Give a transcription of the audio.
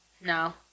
No